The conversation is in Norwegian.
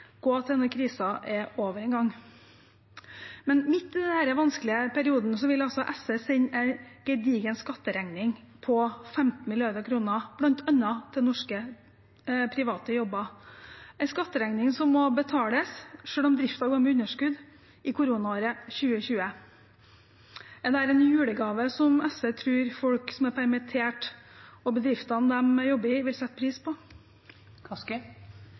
gå til når krisen er over en gang. Midt i denne vanskelige perioden vil altså SV sende en gedigen skatteregning på 15 mrd. kr til bl.a. norske, private jobber. Det er en skatteregning som må betales selv om bedriften går med underskudd i koronaåret 2020. Er dette en julegave som SV tror folk som er permitterte og bedriftene de jobber i, vil sette pris på?